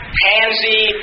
pansy